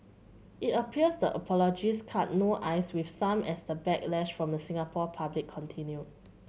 it appears the apologies cut no ice with some as the backlash from the Singapore public continued